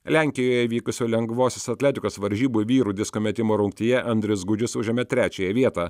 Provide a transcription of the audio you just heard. lenkijoje vykusio lengvosios atletikos varžybų vyrų disko metimo rungtyje andrius gudžius užėmė trečiąją vietą